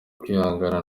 kwihangana